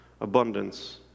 abundance